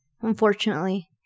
unfortunately